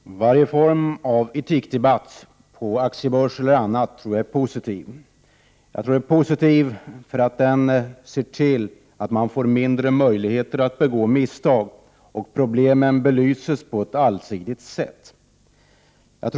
Herr talman! Varje form av etikdebatt, om aktiebörs eller annat, är positiv. Den är positiv för den ser till att man får färre möjligheter att begå misstag, och problemen belyses på ett allsidigt sätt.